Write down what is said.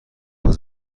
باز